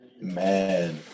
Man